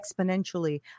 exponentially